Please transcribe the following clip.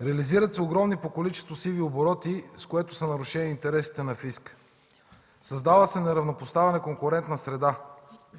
реализират се огромни по количества сиви обороти, с което са нарушени интересите на фиска; - създава се неравнопоставена конкурентна среда;